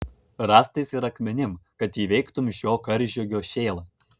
rąstais ir akmenim kad įveiktumei šio karžygio šėlą